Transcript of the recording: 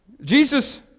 Jesus